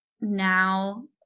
now